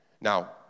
Now